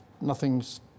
nothing's